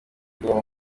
bw’uyu